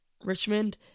Richmond